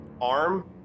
arm